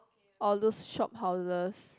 all those shophouses